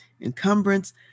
encumbrance